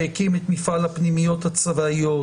שהקים את מפעל הפנימיות הצבאיות,